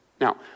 Now